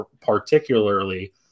particularly